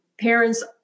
parents